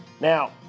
Now